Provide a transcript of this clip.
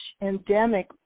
endemic